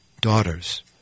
daughters